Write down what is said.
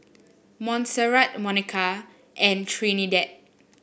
Montserrat Monika and Trinidad